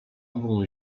ową